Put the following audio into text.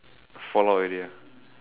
fall out already ah